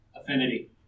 Affinity